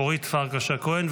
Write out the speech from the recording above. אורית פרקש הכהן,